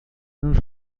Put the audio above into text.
nos